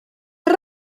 cer